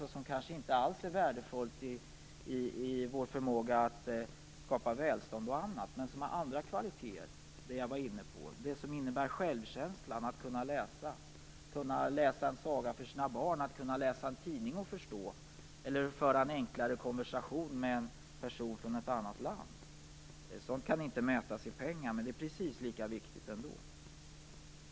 Detta kanske inte alls är värdefullt för vår förmåga att skapa välstånd och annat, men det kan ha andra kvaliteter. Det kan vara fråga om självkänsla för att man kan läsa. Att kunna läsa en saga för sina barn, att kunna läsa en tidning eller att kunna föra en enklare konversation med en person från ett annat land har ett värde som inte kan mätas i pengar, men det är precis lika viktigt ändå.